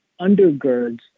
undergirds